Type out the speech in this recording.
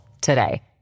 today